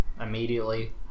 immediately